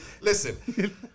Listen